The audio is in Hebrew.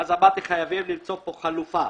ואז אמרתי שחייבים למצוא חלופה,